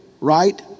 right